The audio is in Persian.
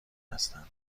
هستند